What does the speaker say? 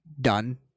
done